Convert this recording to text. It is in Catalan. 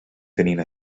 tenint